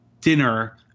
dinner